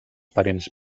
parents